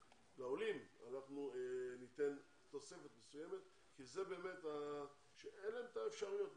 ניתן תוספת מסוימת כי אין להם את האפשרויות.